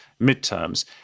midterms